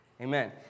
Amen